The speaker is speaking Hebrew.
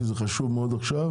כי זה חשוב מאוד עכשיו,